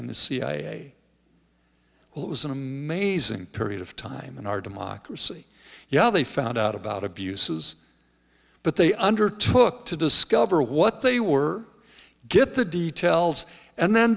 cia was an amazing period of time in our democracy yeah they found out about abuses but they undertook to discover what they were get the details and then